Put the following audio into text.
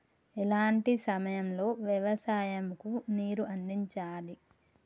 ఎలాంటి సమయం లో వ్యవసాయము కు నీరు అందించాలి?